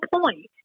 point